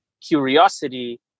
curiosity